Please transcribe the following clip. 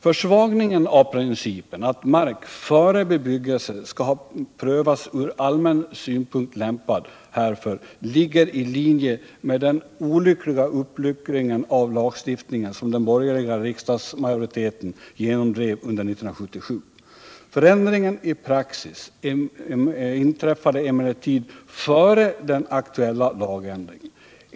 Försvagningen av principen att mark före bebyggelse skall ha prövats från allmän synpunkt lämpad härför ligger i linje med den olyckliga uppluckring av lagstiftningen som den borgerliga riksdagsmajoriteten genomdrev under 1977. Förändringen i praxis inträffade emellertid före den aktuella lagändringen.